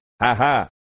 Ha-ha